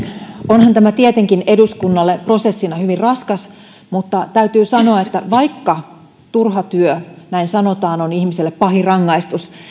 onhan tämä tietenkin eduskunnalle prosessina hyvin raskas mutta täytyy sanoa että vaikka turha työ näin sanotaan on ihmiselle pahin rangaistus